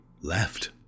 left